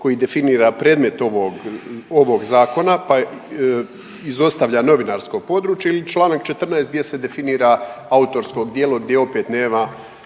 koji definira predmet ovog zakona pa izostavlja novinarsko područje ili Članak 14. gdje se definira autorsko djelo gdje opet nema